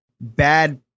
bad